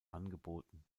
angeboten